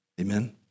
Amen